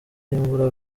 y’imvura